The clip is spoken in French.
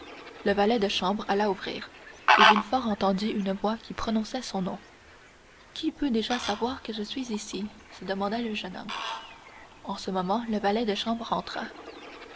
le valet de chambre alla ouvrir et villefort entendit une voix qui prononçait son nom qui peut déjà savoir que je suis ici se demanda le jeune homme en ce moment le valet de chambre rentra